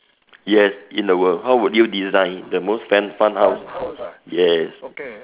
yes in the world how would you design the most fun fun house yes